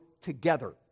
together